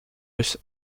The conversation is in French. russe